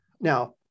Now